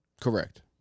Correct